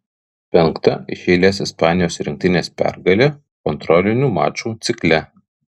penkta iš eilės ispanijos rinktinės pergalė kontrolinių mačų cikle